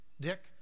Dick